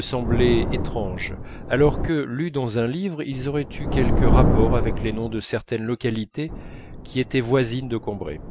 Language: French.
semblaient étranges alors que lus dans un livre ils auraient eu quelque rapport avec les noms de certaines localités qui étaient voisines de combray